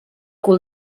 cul